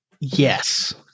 Yes